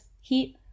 heat